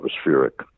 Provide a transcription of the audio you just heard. atmospheric